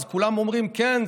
אז כולם אומרים: כן,